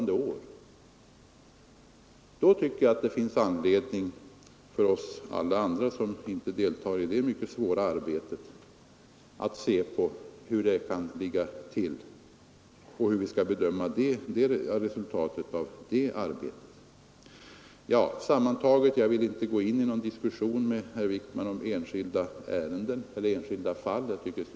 När så skett tycker jag att det finns anledning för oss alla andra, som inte deltar i det mycket svåra arbetet, att försöka bedöma resultatet av arbetet. Jag vill inte gå in i någon diskussion med herr Wijkman om enskilda fall. Jag tycker att det skulle vara fel.